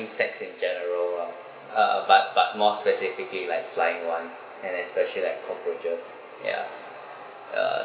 in general lah uh but but more specifically like flying ones and especially like cockroaches ya uh